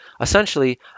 essentially